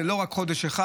וזה לא רק חודש אחד.